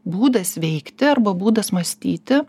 būdas veikti arba būdas mąstyti